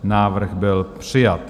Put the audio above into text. Návrh byl přijat.